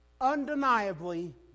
Undeniably